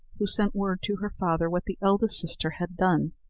who sent word to her father what the eldest sister had done.